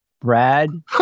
Brad